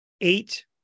eight